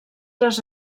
les